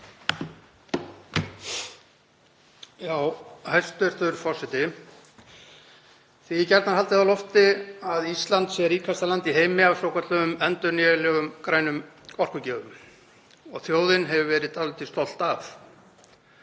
Hæstv. forseti. Því er gjarnan haldið á lofti að Ísland sé ríkasta land í heimi af svokölluðum endurnýjanlegum grænum orkugjöfum og þjóðin hefur verið dálítið stolt af.